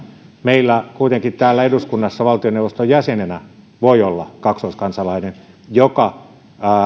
meillä kuitenkin täällä eduskunnassa valtioneuvoston jäsenenä voi olla kaksoiskansalainen jonka